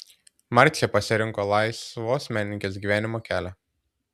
marcė pasirinko laisvos menininkės gyvenimo kelią